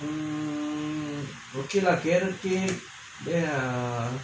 mmhmm okay lah carrot cake ya